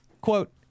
quote